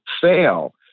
fail